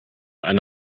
eine